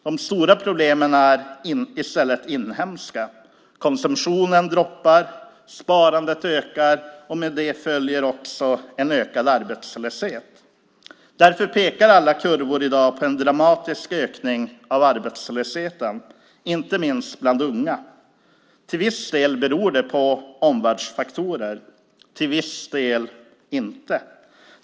De stora problemen är i stället inhemska. Konsumtionen faller. Sparandet ökar. Med det följer också en ökad arbetslöshet. Därför pekar alla kurvor i dag på en dramatiskt ökad arbetslöshet, inte minst bland unga. Till viss del beror det på omvärldsfaktorer, till viss del inte.